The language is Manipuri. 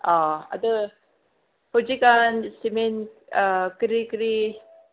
ꯑꯣ ꯑꯗꯨ ꯍꯧꯖꯤꯛꯀꯥꯟ ꯁꯤꯃꯦꯟ ꯀꯔꯤ ꯀꯔꯤ